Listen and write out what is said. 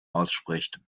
ausspricht